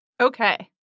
Okay